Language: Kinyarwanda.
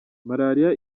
malaria